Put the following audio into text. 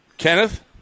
Kenneth